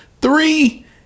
three